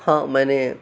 ہاں میں نے